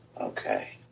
okay